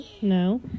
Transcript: No